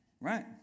Right